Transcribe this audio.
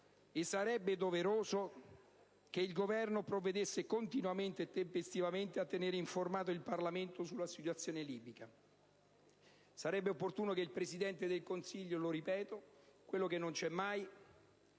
Sarebbe doveroso che il Governo provvedesse continuamente e tempestivamente a tenere informato il Parlamento sulla situazione libica. Sarebbe opportuno che il Presidente del Consiglio - lo ripeto, quello che non c'è mai